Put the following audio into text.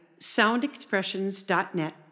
soundexpressions.net